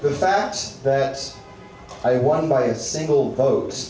the facts that i won by a single vote